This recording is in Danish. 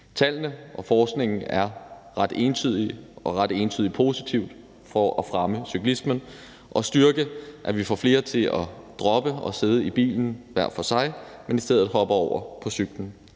Tallene og forskningen er ret entydige og ret entydigt positive i forhold til at fremme cyklismen og styrke, at vi får flere til at droppe at sidde i bilen hver for sig, men i stedet hoppe over på cyklen.